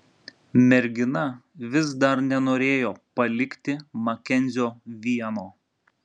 mergina vis dar nenorėjo palikti makenzio vieno